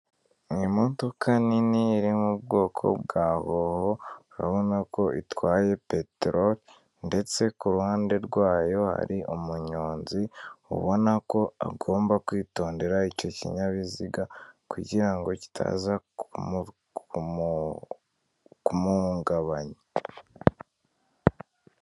Ni imodoka nini iri mu bwoko bwa Howo, urabona ko itwaye peteroli ndetse ku ruhande rwayo hari umunyonzi, ubona ko agomba kwitondera icyo kinyabiziga kugira ngo kitaza kumuhungabanya.